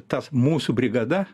tas mūsų brigada